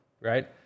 right